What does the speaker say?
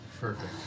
Perfect